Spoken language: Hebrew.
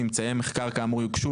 ממצאי המחקר כאמור יוגשו,